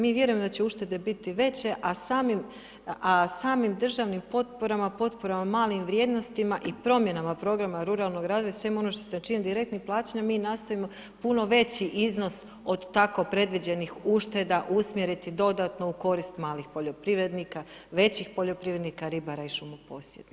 Mi vjerujemo da će uštede biti veće, a samim državnim potporama, potporama malim vrijednostima i promjenama programa ruralnoga razvoja svim onim što se čini direktnim plaćanjem, mi nastojimo puno veći iznos od tako predviđenih ušteda usmjeriti dodatno u korist malih poljoprivrednika, većih poljoprivrednika, ribara i šumoposjednika.